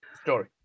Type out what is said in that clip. story